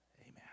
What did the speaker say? Amen